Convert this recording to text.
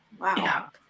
wow